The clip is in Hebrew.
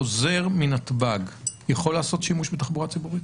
חוזר מנתב"ג, יכול לעשות שימוש בתחבורה ציבורית?